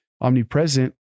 omnipresent